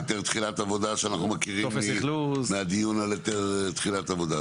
היתר תחילת עבודה שאנחנו מכירים מהדיון על היתר תחילת עבודה.